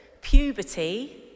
puberty